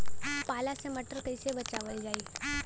पाला से मटर कईसे बचावल जाई?